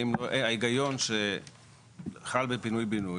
האם ההיגיון שחל בפינוי בינוי,